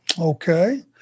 okay